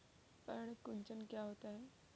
पर्ण कुंचन क्या होता है?